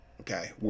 Okay